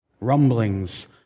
Rumblings